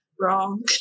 Wrong